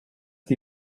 die